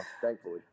thankfully